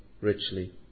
richly